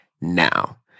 now